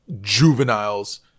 juveniles